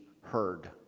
heard